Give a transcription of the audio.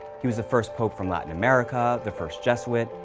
he was the first pope from latin america, the first jesuit,